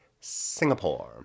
Singapore